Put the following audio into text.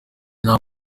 nta